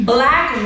Black